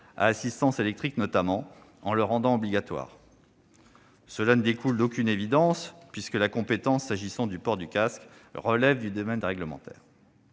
à assistance électrique notamment, en le rendant obligatoire. Cela ne découle d'aucune évidence, puisque la compétence s'agissant du port du casque relève du domaine réglementaire.